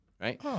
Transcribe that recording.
right